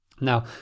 Now